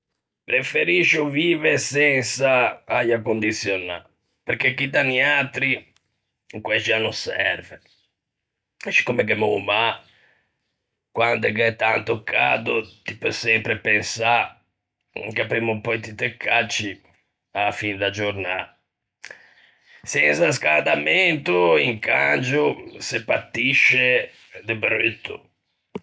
Preferiscio vive sensa äia condiçionâ perché chì da niatri quæxi à no serve, scicomme gh'emmo o mâ, quande gh'é tanto cado ti peu sempre pensâ che primma ò pöi ti te cacci, a-a fin da giornâ; sensa scädamento incangio se patisce de brutto.